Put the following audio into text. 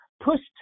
pushed